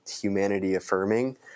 humanity-affirming